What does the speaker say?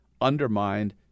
undermined